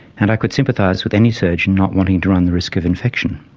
and i could sympathise with any surgeon not wanting to run the risk of infection.